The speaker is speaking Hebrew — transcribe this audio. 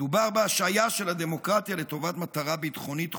מדובר בהשהיה של הדמוקרטיה לטובת מטרה ביטחונית דחופה,